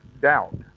doubt